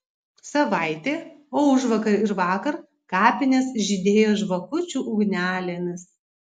savaitė o užvakar ir vakar kapinės žydėjo žvakučių ugnelėmis